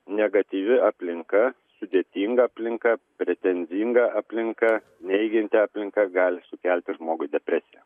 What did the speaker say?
negatyvi aplinka sudėtinga aplinka pretenzinga aplinka neigianti aplinką gali sukelti žmogui depresiją